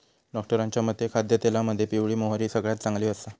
डॉक्टरांच्या मते खाद्यतेलामध्ये पिवळी मोहरी सगळ्यात चांगली आसा